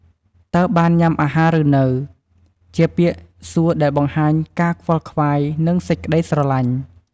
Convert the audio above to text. តើបានញ៉ាំអាហារឬនៅ? ជាពាក្យសួរដែលបង្ហាញការខ្វល់ខ្វាយ និងសេចក្ដីស្រឡាញ់។